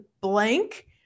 blank